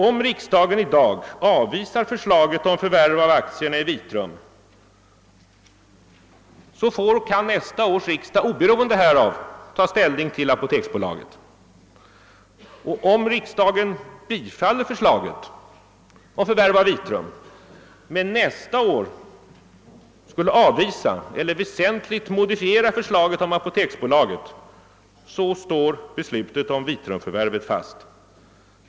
Om riksdagen i dag avvisar förslaget om förvärv av aktierna i Vitrum får nästa års riksdag oberoende härav ta ställning till apoteksbolaget. Om riksdagen skulle bifalla förslaget men nästa år avvisar eller modifierar förslaget om apoteksbolaget, står beslutet om Vitrumförvärvet fast.